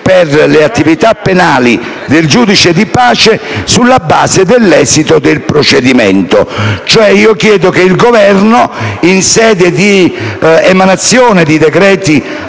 per le attività penali del giudice di pace sulla base dell'esito del procedimento. Chiedo cioè che il Governo, in sede di emanazione dei decreti